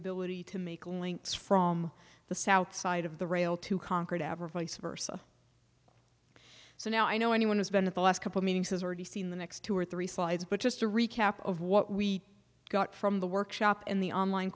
ability to make links from the south side of the rail to concrete advice versa so now i know anyone who's been at the last couple meetings has already seen the next two or three slides but just a recap of what we got from the workshop and the online